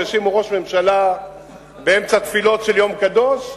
שהאשימו ראש ממשלה באמצע תפילות של יום קדוש,